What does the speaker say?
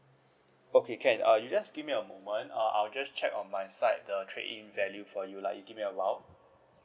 okay can uh you just give me a moment uh I'll just check on my side the trade in value for you lah you give me awhile